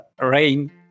rain